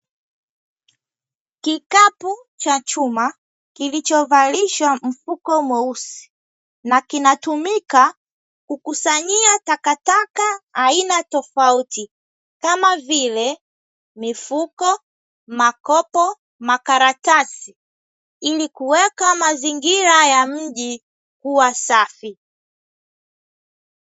Kikapu cha chuma kilichovalishwa mfuko mweusi na kinatumika kukusanyia takataka aina tofauti, kama vile: mifuko, makopo, makaratasi, ili kuweka mazingira ya mji kuwa safi.